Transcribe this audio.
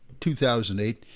2008